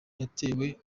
yatewe